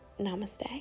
Namaste